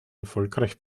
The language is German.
erfolgreich